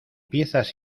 piezas